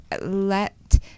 let